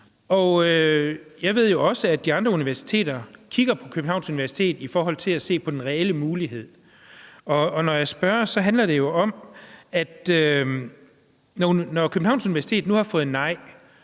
Jeg ved jo også, at de andre universiteter kigger på Københavns Universitet i forhold til at se, hvad den reelle mulighed er. Og når jeg spørger, handler det jo om, at jeg, med hensyn til at Københavns Universitet nu har fået nej,